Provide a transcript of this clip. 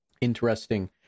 interesting